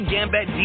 Gambit